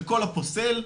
שכל הפוסל,